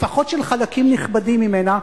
לפחות של חלקים נכבדים ממנה.